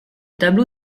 tableau